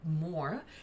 more